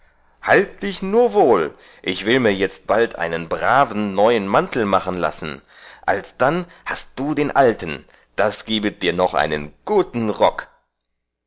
halt dich nur wohl ich will mir jetzt bald einen braven neuen mantel machen lassen alsdann hast du den alten das gibet dir noch einen guten rock